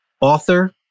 author